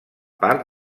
part